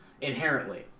inherently